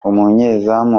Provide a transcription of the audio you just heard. umunyezamu